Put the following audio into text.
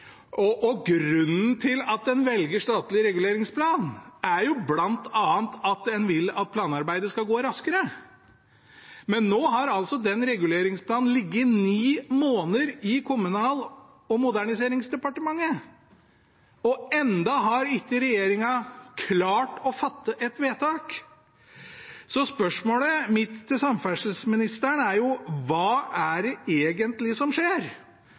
enighet om. Grunnen til at en velger statlig reguleringsplan, er bl.a. at en vil at planarbeidet skal gå raskere. Men nå har den reguleringsplanen ligget ni måneder i Kommunal- og moderniseringsdepartementet, og ennå har ikke regjeringa klart å fatte et vedtak. Så spørsmålet mitt til samferdselsministeren er: Hva er det egentlig som skjer?